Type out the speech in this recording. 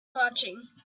marching